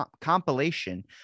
compilation